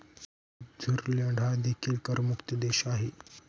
Switzerland हा देखील करमुक्त देश आहे